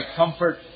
comfort